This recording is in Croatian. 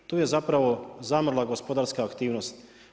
Tu je zapravo zamrla gospodarska aktivnost.